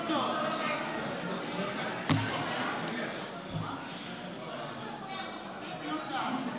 --- זה נשק יום הדין.